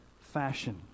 fashion